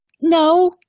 no